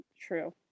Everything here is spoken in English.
True